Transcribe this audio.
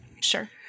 Sure